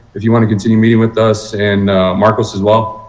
if you want to continue meeting with us and marcos as well.